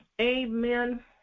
Amen